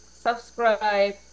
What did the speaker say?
subscribe